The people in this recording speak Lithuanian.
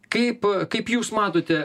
kaip kaip jūs matote